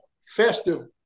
festive